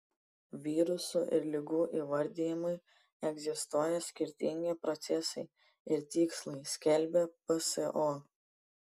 virusų ir ligų įvardijimui egzistuoja skirtingi procesai ir tikslai skelbia pso